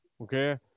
Okay